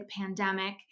pandemic